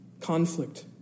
Conflict